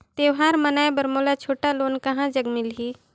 त्योहार मनाए बर मोला छोटा लोन कहां जग मिलही?